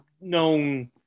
known